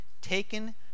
taken